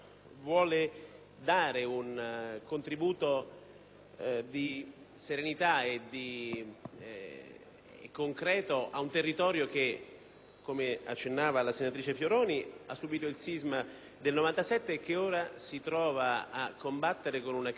di concretezza a un territorio che, come accennava la senatrice Fioroni, ha subito il sisma del 1997 e che ora si trova a combattere con una crisi economica che sta minando tante piccole e medie aziende, e quindi tante famiglie,